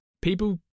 people